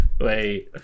Wait